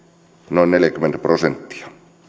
noin neljäkymmentä prosenttia